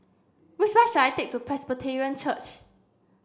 which bus should I take to Presbyterian Church